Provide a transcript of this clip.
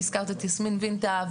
הזכרת את יסמין וינטה,